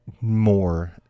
more